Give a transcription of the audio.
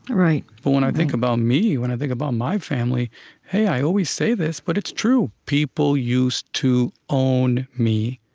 but when i think about me, when i think about my family hey, i always say this, but it's true people used to own me.